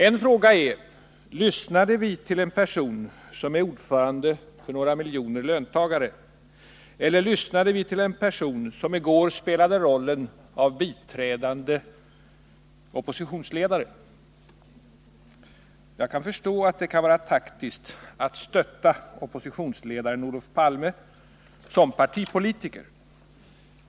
En fråga är: Lyssnade vi till en person som är ordförande för några miljoner löntagare, eller lyssnade vi till en person som i går spelade rollen av biträdande oppositionsledare? Jag kan förstå att det kan vara taktiskt att stödja oppositionsledaren Olof Palme som partipolitiker.